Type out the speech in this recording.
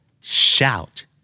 Shout